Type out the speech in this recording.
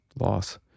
loss